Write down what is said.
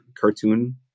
cartoon